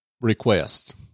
request